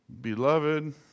Beloved